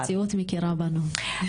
המציאות מכירה בנו.